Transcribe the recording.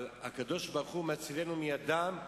אבל הקדוש-ברוך-הוא מצילנו מידם.